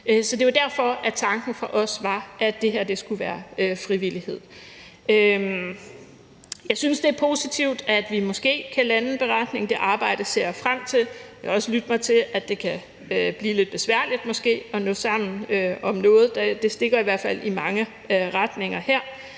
så det var derfor, tanken fra os var, at det her skulle være baseret på frivillighed. Kl. 19:24 Jeg synes, det er positivt, at vi måske kan lande en beretning. Det arbejde ser jeg frem til. Jeg har også lyttet mig til, at det måske kan blive lidt besværligt at nå sammen om noget. Det stikker i hvert fald i mange retninger her.